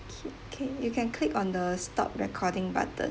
okay okay you can click on the stop recording button